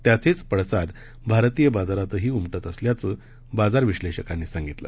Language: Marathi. त्याचेच पडसाद भारतीय बाजारातही उमटत असल्याचं बाजार विश्लेषकांनी सांगितलं